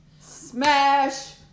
Smash